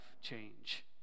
change